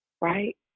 right